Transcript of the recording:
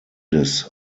des